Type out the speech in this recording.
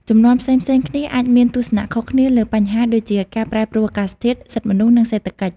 ជំនាន់ផ្សេងៗគ្នាអាចមានទស្សនៈខុសគ្នាលើបញ្ហាដូចជាការប្រែប្រួលអាកាសធាតុ សិទ្ធិមនុស្ស និងសេដ្ឋកិច្ច។